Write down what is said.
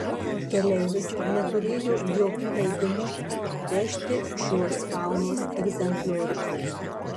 keleivis neturėjo jokių leidimų vežti šiuos faunos egzempliorius